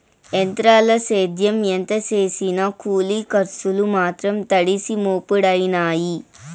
ఎంత్రాల సేద్యం ఎంత సేసినా కూలి కర్సులు మాత్రం తడిసి మోపుడయినాయి